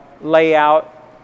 layout